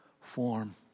form